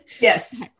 Yes